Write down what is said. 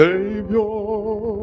Savior